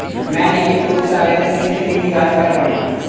मैं नियमित रूप से आवेदन की स्थिति की जाँच कर रहा हूँ